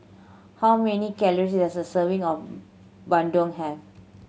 how many calories does a serving of bandung have